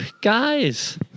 guys